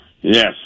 Yes